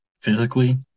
physically